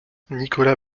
nicolas